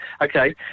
Okay